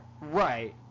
Right